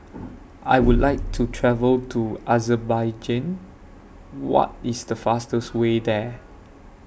I Would like to travel to Azerbaijan What IS The fastest Way There